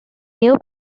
new